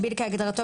טכנולוגיה.